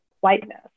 whiteness